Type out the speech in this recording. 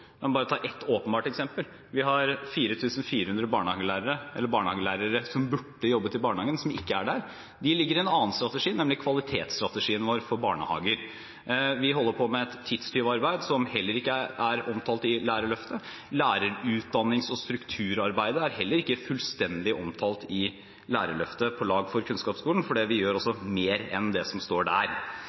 La meg bare ta ett åpenbart eksempel. Vi har 4 400 barnehagelærere som burde jobbet i barnehagen, som ikke er der. De ligger i en annen strategi, nemlig kvalitetsstrategien vår for barnehager. Vi holder på med et tidstyvarbeid, som heller ikke er omtalt i Lærerløftet. Lærerutdannings- og strukturarbeidet er heller ikke fullstendig omtalt i Lærerløftet – På lag for kunnskapsskolen, for vi gjør mer enn det som står der.